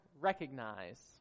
recognize